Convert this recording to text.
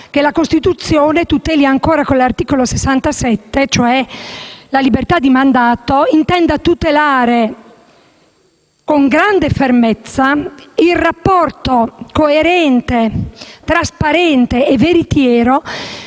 che la Costituzione, con l'articolo 67, relativo alla libertà di mandato, intenda tutelare con grande fermezza il rapporto coerente, trasparente e veritiero